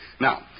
Now